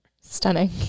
Stunning